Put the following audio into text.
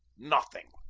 nothing!